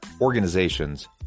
organizations